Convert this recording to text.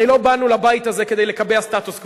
הרי לא באנו לבית הזה כדי לקבע סטטוס קוו.